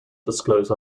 disclose